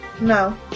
no